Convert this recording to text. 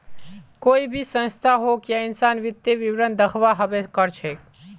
कोई भी संस्था होक या इंसान वित्तीय विवरण दखव्वा हबे कर छेक